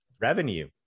Revenue